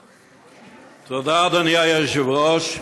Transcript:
תודה, אדוני היושב-ראש.